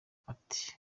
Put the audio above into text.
ati